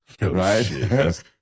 right